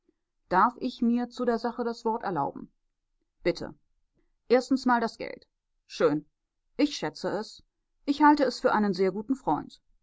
darf ich mir zu der sache das wort erlauben bitte erstens mal das geld schön ich schätze es ich halte es für einen sehr guten freund